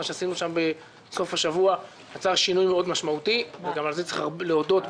מה שעשינו שם בסוף השבוע יצר שינוי מאוד משמעותי וגם על זה צריך להודות.